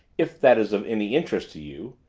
if that is of any interest to you.